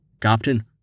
Captain